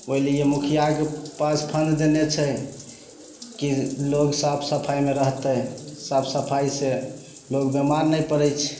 मानि लिअ मुखियाके पास फोन देने छै कि लोग साफ सफाइमे रहतइ साफ सफाइसँ लोग बीमार नहि पड़य छै